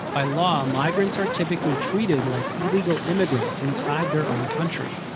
by law, migrants are typically treated like illegal immigrants inside their own country.